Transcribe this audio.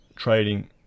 trading